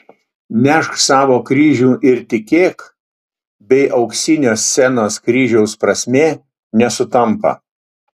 nešk savo kryžių ir tikėk bei auksinio scenos kryžiaus prasmė nesutampa